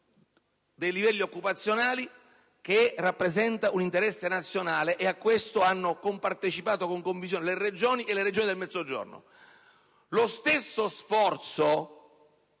dei livelli occupazionali che rappresenta un interesse nazionale. A questo hanno compartecipato con convinzione le Regioni e in particolare quelle del Mezzogiorno. Lo stesso sforzo